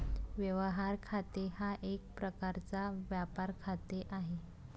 व्यवहार खाते हा एक प्रकारचा व्यापार खाते आहे